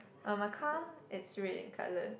uh my car is red in colour